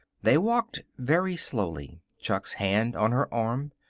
they walked very slowly, chuck's hand on her arm.